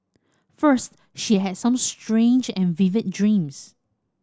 first she had some strange and vivid dreams